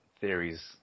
theories